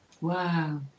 Wow